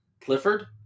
Clifford